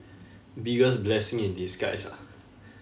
biggest blessing in disguise ah